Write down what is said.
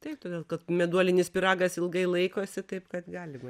taip todėl kad meduolinis pyragas ilgai laikosi taip kad galima